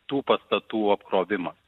tų pastatų apkrovimas